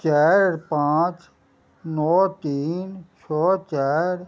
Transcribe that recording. चारि पाँच नओ तीन छओ चारि